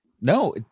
No